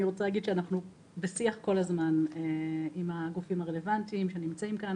אני רוצה להגיד שאנחנו בשיח כל הזמן עם הגופים הרלוונטיים שנמצאים כאן.